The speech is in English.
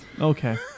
Okay